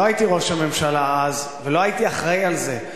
אני לא הייתי ראש הממשלה אז ולא הייתי אחראי לזה.